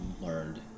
learned